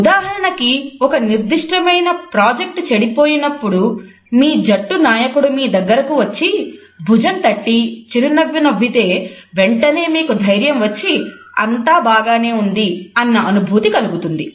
ఉదాహరణకి ఒక నిర్దిష్టమైన ప్రాజెక్టు చెడిపోయినప్పుడు మీ జట్టు నాయకుడు మీ దగ్గరకు వచ్చి భుజం తట్టి చిరునవ్వు నవ్వితే వెంటనే మీకు ధైర్యం వచ్చి అంతా బాగానే ఉంది అన్న అనుభూతి కలుగుతుంది